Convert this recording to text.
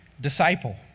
disciple